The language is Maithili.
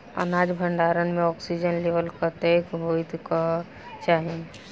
अनाज भण्डारण म ऑक्सीजन लेवल कतेक होइ कऽ चाहि?